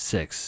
Six